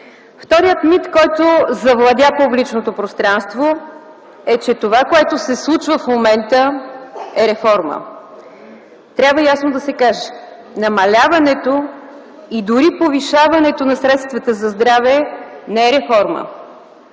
Вторият мит, който завладя публичното пространство, е, че това, което се случва в момента, е реформа. Трябва ясно да се каже – намаляването и дори повишаването на средствата за здраве не е реформа.